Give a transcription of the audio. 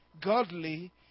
godly